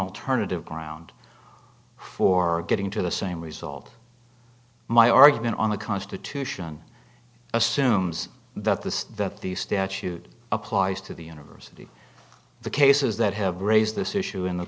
alternative ground for getting to the same result my argument on the constitution assumes that the that the statute applies to the university the cases that have raised this issue in the